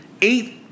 Eight